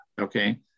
Okay